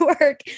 work